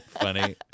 funny